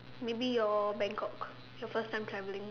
maybe your Bangkok your first time traveling